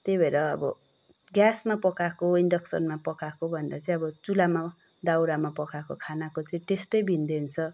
त्यही भएर अब ग्यासमा पकाएको इन्डक्सनमा पकाएकोभन्दा चाहिँ चुल्हामा दाउरामा पकाएको खाना चाहिँ टेस्टै भिन्नै हुन्छ